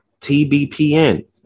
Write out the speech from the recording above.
TBPN